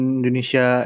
Indonesia